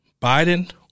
Biden